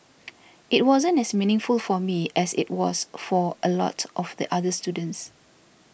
it wasn't as meaningful for me as it was for a lot of the other students